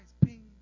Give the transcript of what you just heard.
ping